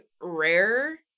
rare